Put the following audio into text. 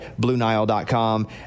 BlueNile.com